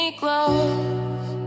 close